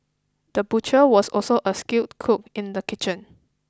the butcher was also a skilled cook in the kitchen